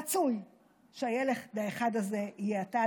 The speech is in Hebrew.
רצוי שהילד האחד הזה יהיה אתה,